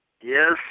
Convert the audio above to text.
Yes